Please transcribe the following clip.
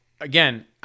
Again